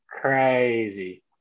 Crazy